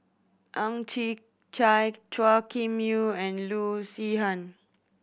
Ang Chwee Chai Chua Kim Yeow and Loo Zihan